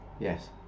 Yes